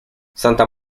santa